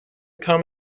come